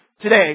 today